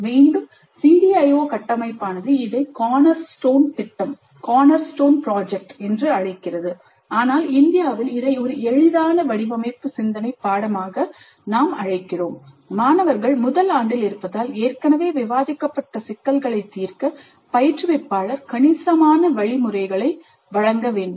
மீண்டும் CDIO கட்டமைப்பானது இதை CornerStone திட்டம் என்று அழைக்கிறது ஆனால் இந்தியாவில் இதை ஒரு எளிதான வடிவமைப்பு சிந்தனை பாடமாக அழைக்கிறோம் மாணவர்கள் முதல் ஆண்டில் இருப்பதால் ஏற்கனவே விவாதிக்கப்பட்ட சிக்கல்களைத் தீர்க்க பயிற்றுவிப்பாளர் கணிசமான வழிமுறைகளை வழங்க வேண்டும்